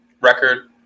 record